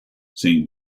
saint